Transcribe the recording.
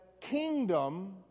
kingdom